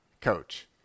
coach